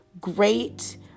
great